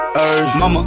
Mama